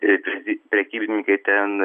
ir preky prekybininkai ten